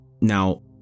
Now